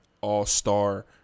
all-star